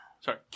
Sorry